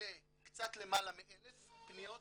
לקצת למעלה מ-1000 פניות